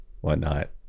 whatnot